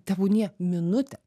tebūnie minutę